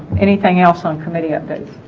anything else on committee of this